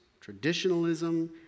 traditionalism